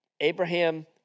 Abraham